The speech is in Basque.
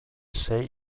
sei